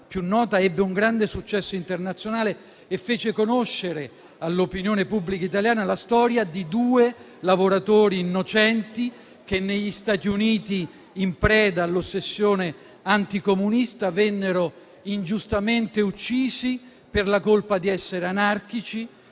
ebbe un grande successo internazionale e fece conoscere all'opinione pubblica italiana la storia di due lavoratori innocenti, che, negli Stati Uniti in preda all'ossessione anticomunista, vennero ingiustamente uccisi, per la colpa di essere anarchici,